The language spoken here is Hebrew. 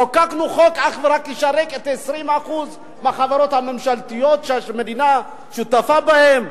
חוקקנו חוק אך ורק לשרת 20% מהחברות הממשלתיות שהמדינה שותפה בהן?